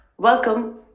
Welcome